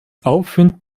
aufwind